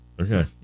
Okay